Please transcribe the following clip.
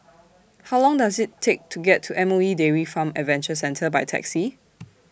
How Long Does IT Take to get to M O E Dairy Farm Adventure Centre By Taxi